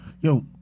Yo